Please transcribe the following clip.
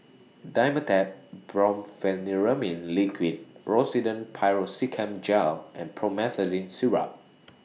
Dimetapp Brompheniramine Liquid Rosiden Piroxicam Gel and Promethazine Syrup